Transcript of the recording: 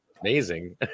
amazing